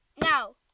now